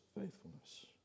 faithfulness